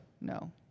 no